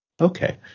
Okay